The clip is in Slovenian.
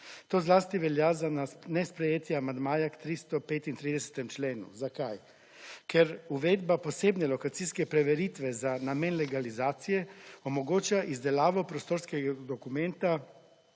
To zlasti velja za nesprejetje amandmaja k 335. členu. Zakaj? Ker uvedba posebne lokacijske preveritve za namen legalizacije omogoča izdelavo prostorskega dokumenta